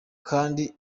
kandi